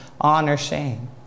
honor-shame